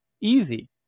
easy